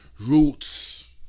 Roots